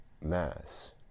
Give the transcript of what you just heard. mass